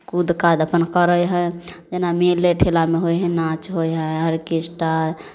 कूद काद अपन करै हइ जेना मेले ठेलामे होइ हइ नाच होइ हइ आर्केस्ट्रा